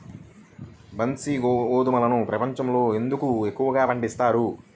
బన్సీ గోధుమను ప్రపంచంలో ఎందుకు ఎక్కువగా పండిస్తారు?